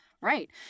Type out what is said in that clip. right